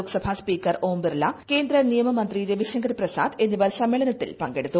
Lok Sabha speaker Om Birla കേന്ദ്ര നിയമമന്ത്രി രവിശങ്കർ പ്രസാദ് എന്നിവർ സമ്മേളനത്തിൽ പങ്കെടുത്തു